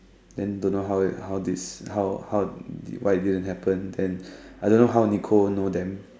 then don't know how it how did she how did why it didn't happen then I don't know how Nicole know them